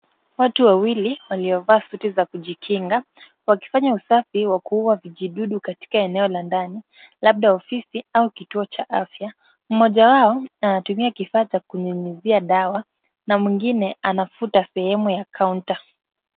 Watu wawili waliovaa suti za kujikinga wakifanya wa kuua vijidudu katika eneo la ndani labda ofisi au kituo cha afya. Mmoja wao anatumia kifaa cha kunyunyizia dawa na mwingine anafuta sehemu ya kaunta.